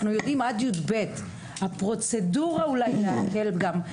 יודעים עד י"ב הפרוצדורה אולי להקל גם,